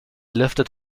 lifted